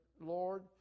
Lord